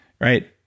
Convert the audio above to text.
right